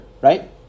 right